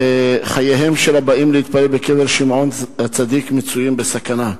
חייהם של הבאים להתפלל בקבר שמעון הצדיק מצויים בסכנה.